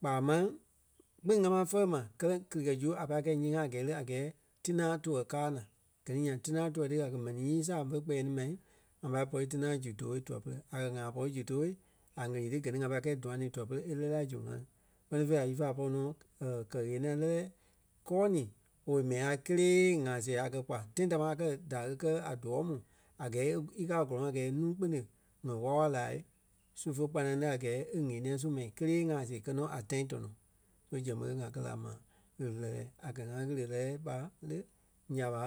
kpaa máŋ kpîŋ ŋa ma fɛɛɛeɛɛ; ma kɛlɛ kili-kɛ-zu a pâi kɛ̂i ńyee-ŋa a gɛɛ le a gɛɛ tina tuɛ káa naa. Gɛ ni nyaŋ tinaa tuɛ ti ya kɛ̀ mɛni ŋí saa fe kpɛɛ ni mai ŋa pai pɔri tinaa zu too tuɛ-pere. A kɛ̀ ŋa pɔri zu too a ɣele ti gɛ ni ŋa pai kɛ̂i duâŋ ni tuɛ-pere e lɛ́ɛ la zu ŋa kpɛ́ni fêi la í vá pɔri nɔ kɛ-ɣeniɛi lɛlɛ kɔ́ɔ-ni owei mɛni ŋai kélee ŋa-see a kɛ kpa. Tãi támaa kɛ́ da kɛ a doo mu a gɛɛ e- i káa a gɔlɔŋɔɔ a gɛɛ nuu-kpune wɔ̀ wála-wala laa su fe kpananii a gɛɛ e ŋ̀éniɛi su mɛnii kélee ŋa-see kɛ́ nɔ a tãi tɔnɔ. So zɛŋ ɓé ŋa kɛ́ la ma ɣele lɛlɛ. A kɛ̀ ŋa ɣele lɛlɛ ɓa le nya ɓa